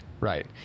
Right